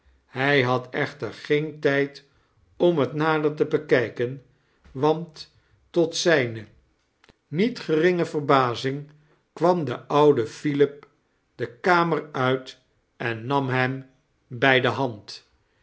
hij iiad echter geen tijd om het nader te bekijkein want tot zijne niet charles dickens geringere verbazing kwam de oude philip de kamer uit en nam hem bij de hand